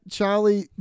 Charlie